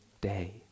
day